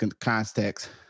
context